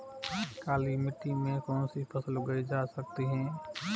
काली मिट्टी में कौनसी फसल उगाई जा सकती है?